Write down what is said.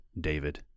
David